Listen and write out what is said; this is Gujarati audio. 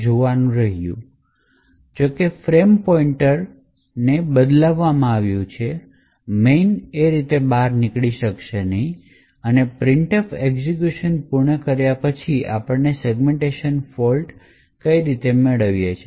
જો કે ફ્રેમ પોઇન્ટરને સંશોધિત કરવામાં આવ્યું છે main રીતે બહાર નીકળી શકશે નહીં અને printf એક્ઝેક્યુશન પૂર્ણ કર્યા પછી આપણે સેગમેન્ટેશન ફોલ્ટ કેમ મેળવીએ છીએ